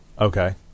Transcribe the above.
Okay